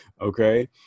Okay